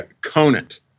Conant